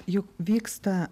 juk vyksta